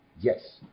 yes